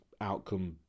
outcome